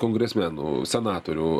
kongresmenų senatorių